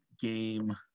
game